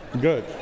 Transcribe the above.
Good